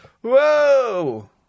Whoa